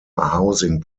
housing